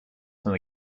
from